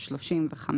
35"